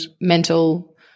mental